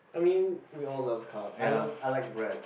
I mean we all loves carb I love I like bread